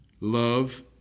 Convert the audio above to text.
love